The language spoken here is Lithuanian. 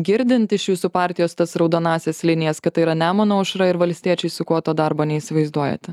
girdint iš jūsų partijos tas raudonąsias linijas kad tai yra nemuno aušra ir valstiečiai su kuo to darbo neįsivaizduojate